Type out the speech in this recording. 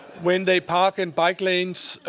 when they park in bike lanes.